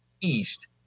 east